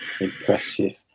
impressive